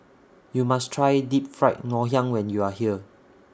YOU must Try Deep Fried Ngoh Hiang when YOU Are here